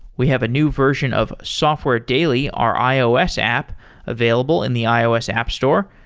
we have a new version of software daily, our ios app available in the ios app store.